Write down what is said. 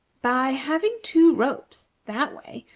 by having two ropes, that way,